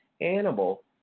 animal